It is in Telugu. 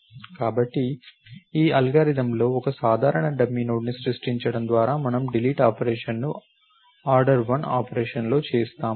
కాబట్టి ఈ అల్గారిథమ్లో ఒక సాధారణ డమ్మీ నోడ్ని సృష్టించడం ద్వారా మనము డిలీట్ ఆపరేషన్ను ఆర్డర్ వన్ ఆపరేషన్లో చేస్తాము